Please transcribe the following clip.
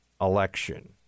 election